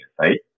Right